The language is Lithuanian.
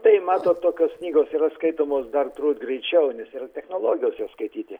tai matot tokios knygos yra skaitomos dar turbūt greičiau nes yra technologijos jas skaityti